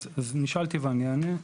נשאלתי ואני אענה.